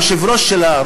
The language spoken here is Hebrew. היושב-ראש שלה,